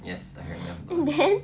then yes in the end then